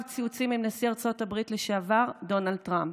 ציוצים עם נשיא ארצות הברית לשעבר דונלד טראמפ.